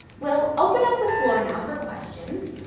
we'll open up the floor now for questions,